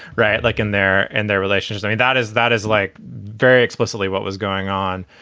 right. like in their and their relationships. i mean, that is that is like very explicitly what was going on.